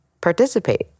participate